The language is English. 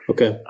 Okay